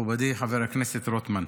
מכובדי חבר הכנסת רוטמן,